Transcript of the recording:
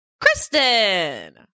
Kristen